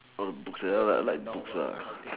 orh the books ya lah like books ah